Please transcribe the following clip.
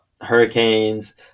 hurricanes